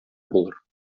булыр